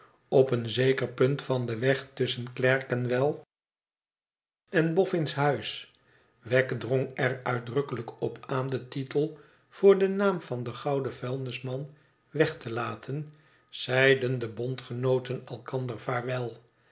op een zeker punt van den weg tusschen cierkenwell en boffin's huis weg dron er uitdrukkelijk op aan den titel voor den naam van den gouden vuihiisman weg te laten zeiden de bondgenooten elkander